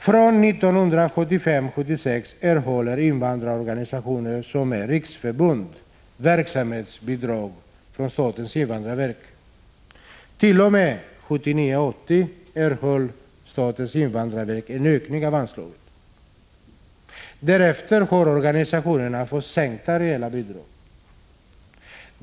Från 1975 80 erhöll invandrarverket en ökning av anslaget. Därefter har organisationerna fått sänkta reala bidrag.